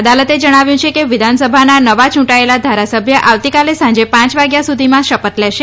અદાલતે જણાવ્યું છે કે વિધાનસભાના નવા યૂંટાયેલા ધારાસભ્ય આવતીકાલે સાંજે પાંચ વાગ્ય સુધીમાં શપથ લેશે